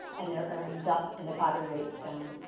and their earnings up, and the poverty rates down.